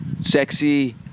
Sexy